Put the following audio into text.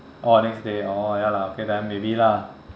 oh next day oh ya lah okay then maybe lah